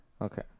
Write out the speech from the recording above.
Okay